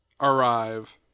arrive